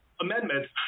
amendments